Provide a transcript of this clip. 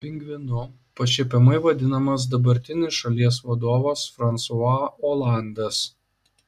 pingvinu pašiepiamai vadinamas dabartinis šalies vadovas fransua olandas